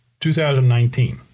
2019